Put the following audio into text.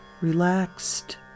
Relaxed